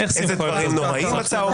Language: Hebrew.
איזה דברים נוראיים אתה אומר.